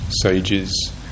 sages